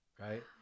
right